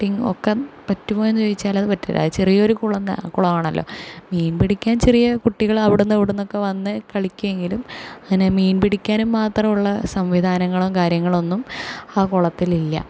boating ഒക്കെ പറ്റുമോ എന്ന് ചോദിച്ചാൽ അത് പറ്റില്ല ചെറിയ ഒരു കുളമാണല്ലോ മീൻ പിടിക്കാൻ ചെറിയ കുട്ടികൾ അവിടെ നിന്നും ഇവിടെ നിന്നൊക്കെ വന്ന് കളിക്കുമെങ്കിലും അങ്ങനെ മീൻ പിടിക്കാനും മാത്രമുള്ള സംവിധാനങ്ങളും കാര്യങ്ങളൊന്നും ആ കുളത്തിലില്ല